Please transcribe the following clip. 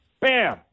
Bam